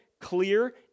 clear